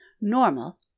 normal